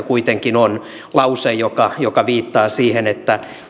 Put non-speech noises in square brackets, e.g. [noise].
[unintelligible] kuitenkin on lause joka joka viittaa siihen että